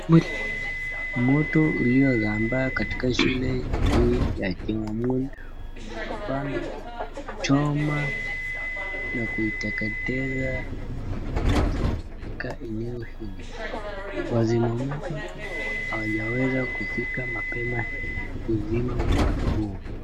Moto uliosambaa katika shule hii ya kijijini umesambaa na kuchoma na kuiteketeza mabati katika eneo hili . Wazima moto hawajaweza kufika mapema ili kuzima moto huo .